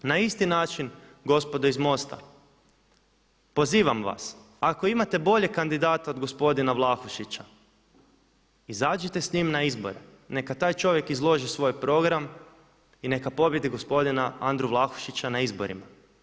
Na isti način gospodo iz MOST-a pozivam vas ako imate bolje kandidate od gospodina Vlahušića, izađite s njim na izbore, neka taj čovjek izloži svoj program i neka pobijedi gospodina Andru Vlahušića na izborima.